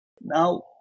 Now